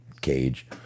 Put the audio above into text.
cage